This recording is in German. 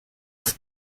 das